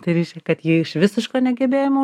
tai reiškia kad ji iš visiško negebėjimo